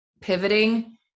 pivoting